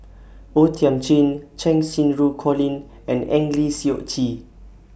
O Thiam Chin Cheng Xinru Colin and Eng Lee Seok Chee